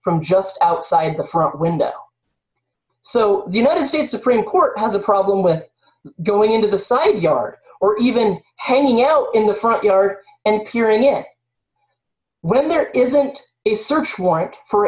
from just outside the front window so the united states supreme court has a problem with going into the side yard or even hanging out in the front yard and hearing it when there isn't a search warrant for